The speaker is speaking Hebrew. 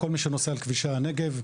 כל מי שנוסע בכבישי הנגב,